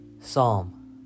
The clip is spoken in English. Psalm